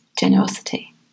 generosity